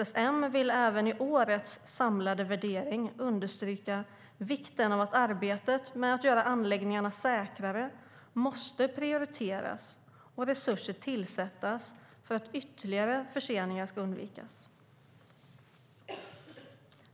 SSM vill även i årets samlade värdering understryka vikten av att arbetet med att göra anläggningarna säkrare måste prioriteras och resurser tillsättas för att ytterligare förseningar ska undvikas."